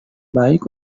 baik